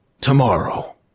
Tomorrow